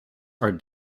are